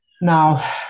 Now